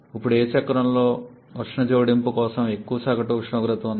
ఇప్పుడు ఏ చక్రంలో ఉష్ణ జోడింపు కోసం ఎక్కువ సగటు ఉష్ణోగ్రత ఉంది